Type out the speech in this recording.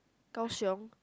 Kaohsiung